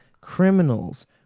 criminals